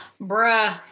bruh